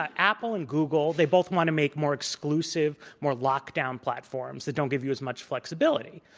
ah apple and google, they both want to make more exclusive, more locked down platforms that don't give you as much flexibility.